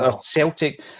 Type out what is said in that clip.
Celtic